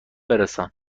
برسان